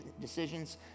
decisions